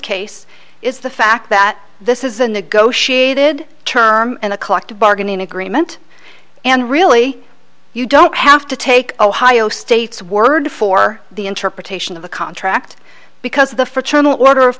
case is the fact that this is a negotiated term and a collective bargaining agreement and really you don't have to take ohio state's word for the interpretation of the contract because the fraternal order of